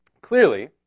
Clearly